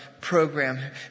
program